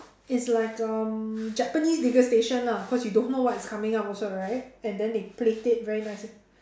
it's like um Japanese vigor station lah cause you don't know what is coming up also right and then they plate it very nicely